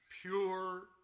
pure